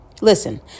Listen